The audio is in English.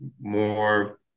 more